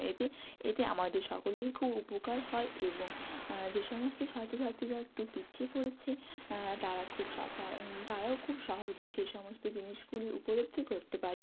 এতে এতে আমাদের সকলেরই খুব উপকার হয় এবং যে সমস্ত ছাত্র ছাত্রীরা একটু পিছিয়ে পড়েছে তারা খুব সাতা তারাও খুব সহজে সেই সমস্ত জিনিসগুলি উপলব্ধি করতে পারে